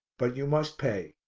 but you must pay.